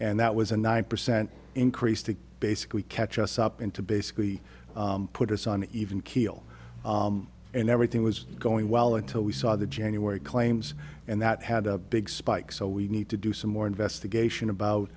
and that was a nine percent increase to basically catch us up and to basically put us on an even keel and everything was going well until we saw the january claims and that had a big spike so we need to do some more investigation about